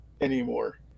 anymore